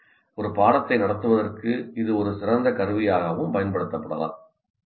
ஒரு பாடத்தை நடத்துவதற்கு இது ஒரு சிறந்த கருவியாகவும் பயன்படுத்தப்படலாம் நிச்சயமாக